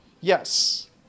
Yes